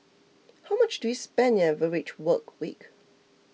how much do you spend in an average work week